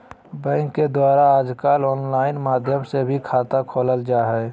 bank के द्वारा आजकल आनलाइन माध्यम से भी खाता खोलल जा हइ